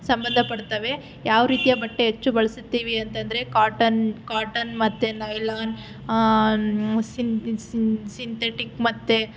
ಸಂಬಂಧಪಡ್ತಾವೆ ಯಾವ ರೀತಿಯ ಬಟ್ಟೆ ಹೆಚ್ಚು ಬಳುಸುತ್ತೀವಿ ಅಂತಂದರೆ ಕಾಟನ್ ಕಾಟನ್ ಮತ್ತೆ ನೈಲಾನ್ ಸಿಂತಟಿಕ್ ಮತ್ತೆ